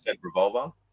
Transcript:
Revolver